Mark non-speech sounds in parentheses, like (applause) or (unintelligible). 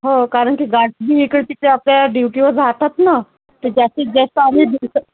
हो कारण की (unintelligible) ड्युटीवर राहतात ना तर जास्तीत जास्त आम्ही (unintelligible)